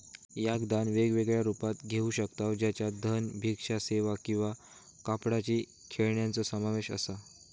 याक दान वेगवेगळ्या रुपात घेऊ शकतव ज्याच्यात धन, भिक्षा सेवा किंवा कापडाची खेळण्यांचो समावेश असा